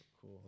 Cool